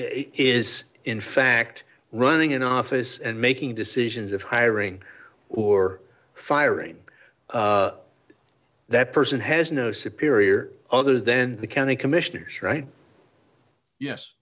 it is in fact running an office and making decisions of hiring or firing that person has no superior other then the county commissioners right yes